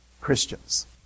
Christians